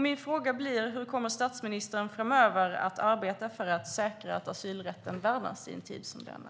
Min fråga är: Hur kommer statsministern framöver att arbeta för att säkra att asylrätten värnas i en tid som denna?